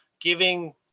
giving